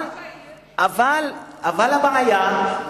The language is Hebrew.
אבל הבעיה,